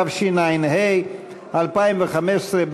התשע"ה 2015,